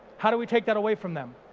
how do we take that away from them?